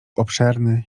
obszerny